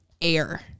air